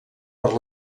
per